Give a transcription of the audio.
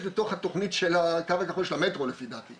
בתוך התכנית של הקו הכחול של המטרו לפי דעתי.